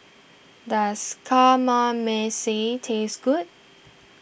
does Kamameshi taste good